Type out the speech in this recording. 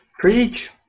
Preach